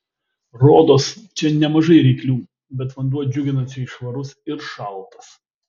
rodos čia nemažai ryklių bet vanduo džiuginančiai švarus ir šaltas